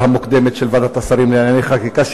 המוקדמת של ועדת השרים לענייני חקיקה,